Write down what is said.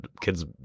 kids